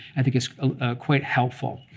i think is quite helpful.